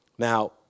Now